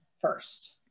first